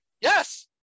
Yes